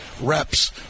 reps